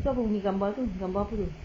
tu apa punya gambar tu gambar apa tu